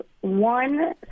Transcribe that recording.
one